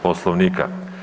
Poslovnika.